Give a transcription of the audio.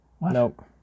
Nope